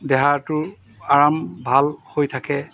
দেহাটোৰ আৰাম ভাল হৈ থাকে